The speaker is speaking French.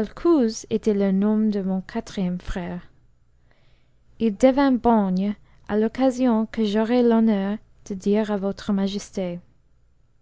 alcohz était le nom de mon quatrième frère devint borgne à l'ocçasion que j'aurai l'honneur de dire à votre majesté